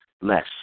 less